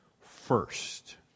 first